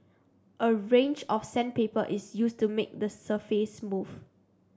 a range of sandpaper is used to make the surface smooth